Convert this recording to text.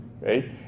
right